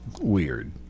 Weird